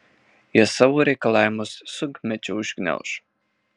jie savo reikalavimus sunkmečiu užgniauš